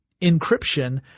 encryption